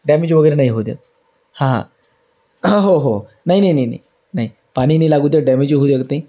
damage वगैरे नाही होऊ देत हां हो हो नाही नाही नाही नाही नाही पाणी नाही लागू देत डॅमेजही होऊ देत नाही